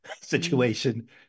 situation